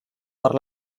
per